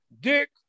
Dick